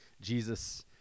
Jesus